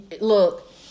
look